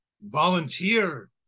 volunteer